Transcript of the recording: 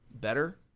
better